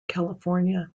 california